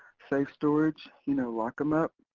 safe storage, you know, lock em up,